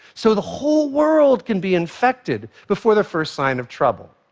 so the whole world can be infected before the first sign of trouble.